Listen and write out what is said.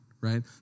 right